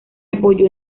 apoyó